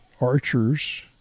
archers